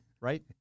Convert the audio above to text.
right